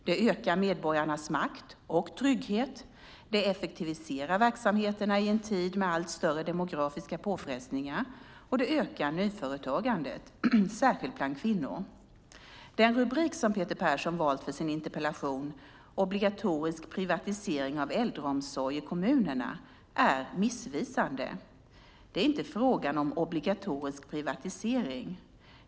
Det ökar medborgarnas makt och trygghet, det effektiviserar verksamheterna i en tid med allt större demografiska påfrestningar och det ökar nyföretagandet, särskilt bland kvinnor. Den rubrik som Peter Persson valt för sin interpellation - Obligatorisk privatisering av äldreomsorg i kommunerna - är missvisande. Det är inte fråga om obligatorisk privatisering.